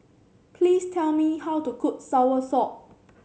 please tell me how to cook soursop